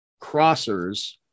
crossers